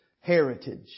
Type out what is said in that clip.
heritage